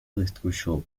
destruyó